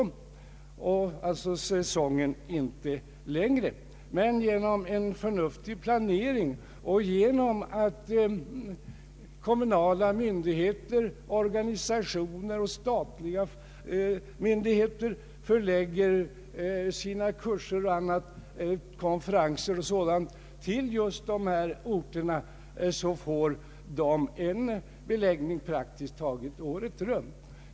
Men genom en förnuftig planering, bland annat genom att organisationer, kommunala och statliga myndigheter förlägger sina kurser och konferenser till just dessa orter lyckas man få till stånd en beläggning där praktiskt taget året runt.